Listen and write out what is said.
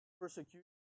persecution